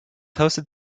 hosted